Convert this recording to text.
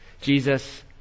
Jesus